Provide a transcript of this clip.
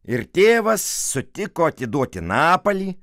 ir tėvas sutiko atiduoti napalį